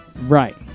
right